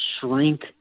shrink